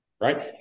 Right